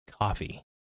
Coffee